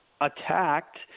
attacked